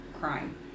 crime